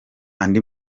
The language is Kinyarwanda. andi